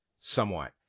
somewhat